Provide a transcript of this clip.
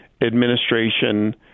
administration